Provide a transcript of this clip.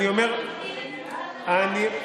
אה,